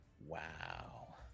Wow